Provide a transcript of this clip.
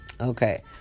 Okay